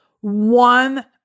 one